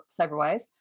Cyberwise